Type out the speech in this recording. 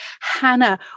Hannah